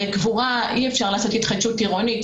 בקבורה אי-אפשר לעשות התחדשות עירונית.